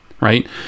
right